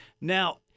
now